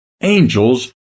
angels